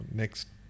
next